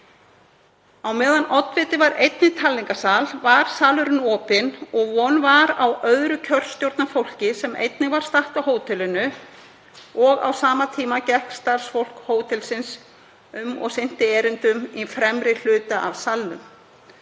Á meðan oddviti var einn í talningarsal var salurinn opinn og von var á öðru kjörstjórnarfólki sem einnig var statt á hótelinu og á sama tíma gekk starfsfólk hótelsins um og sinnti erindum í fremri hluta af salnum.